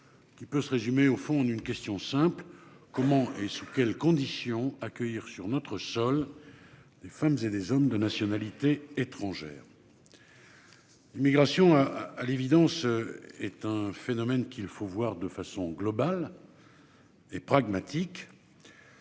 Qui peut se résumer au fond d'une question simple, comment et sous quelles conditions accueillir sur notre sol. Des femmes et des hommes de nationalité étrangère. L'immigration à, à l'évidence est un phénomène qu'il faut voir de façon globale.-- Et pragmatique.